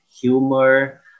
humor